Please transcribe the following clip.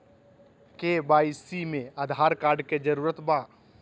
KYC में Aadhaar card के जरूरत बा?